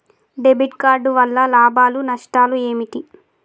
Debit card వల్ల లాభాలు నష్టాలు ఏమిటి?